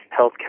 healthcare